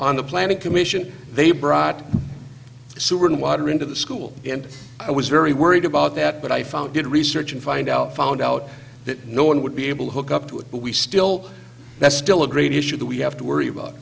on the planning commission they brought sewer and water into the school and i was very worried about that but i found did research and find out found out that no one would be able to hook up to it but we still that's still a great issue that we have to worry about